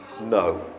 No